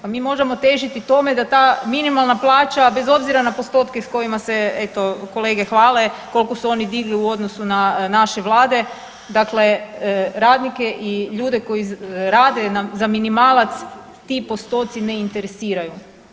Pa mi možemo težiti tome da ta minimalna plaća bez obzira na postotke s kojima se eto kolege hvale, koliko su oni digli u odnosu na naše vlade, dakle radnike i ljude koji rade za minimalac ti postoci ne interesiraju.